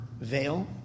veil